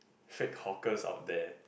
fake hawkers of there